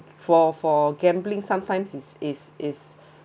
for for gambling sometimes is is is